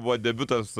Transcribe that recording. buvo debiutas